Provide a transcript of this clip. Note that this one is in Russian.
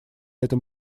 этом